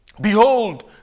behold